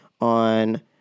on